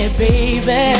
baby